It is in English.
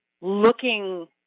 looking